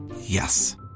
Yes